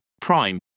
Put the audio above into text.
Prime